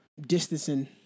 distancing